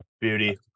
Beauty